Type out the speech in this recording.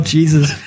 Jesus